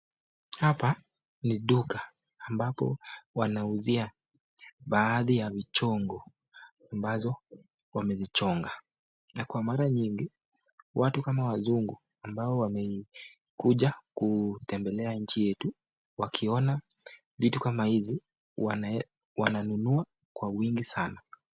Hapa ni duka ambapo wanauzia baadhi ya michongo ambazo wamezichonga na kwa mara nyingi watu kama wazungu ambao wamekuja kutembelea nchi yetu wakiona vitu kama hizi wananunua kwa wingi sana.